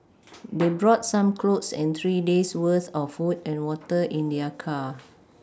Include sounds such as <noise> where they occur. <noise> they brought some clothes and three days' worth of food and water in their car